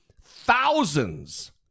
thousands